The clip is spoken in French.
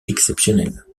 exceptionnel